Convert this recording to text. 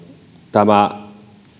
tämä